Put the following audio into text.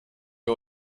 ihr